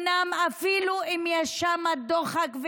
ואפילו אם יש שם דוחק,